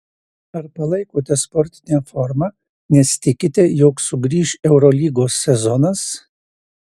ar palaikote sportinę formą nes tikite jog sugrįš eurolygos sezonas